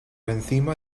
encima